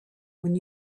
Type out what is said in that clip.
when